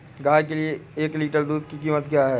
गाय के एक लीटर दूध की कीमत क्या है?